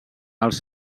als